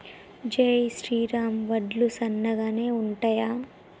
జై శ్రీరామ్ వడ్లు సన్నగనె ఉంటయా?